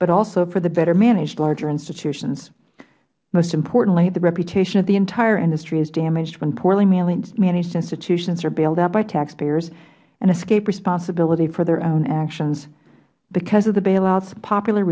but also for the better managed large institutions most importantly the reputation of the entire industry is damaged when poorly managed institutions are bailed out by taxpayers and escape responsibility for their own actions because of the